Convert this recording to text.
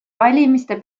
valimiste